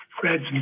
Fred's